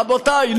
רבותי,